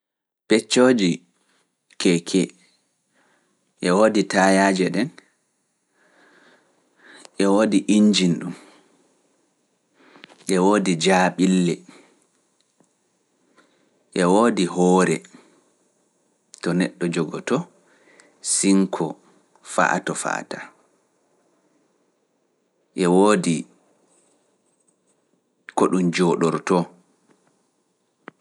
E wodi jaabille, hoore, jodorki, tayaaje e ko lutti